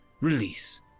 release